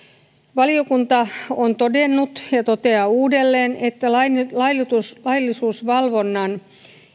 valiokunta on todennut ja toteaa uudelleen että laillisuusvalvonnan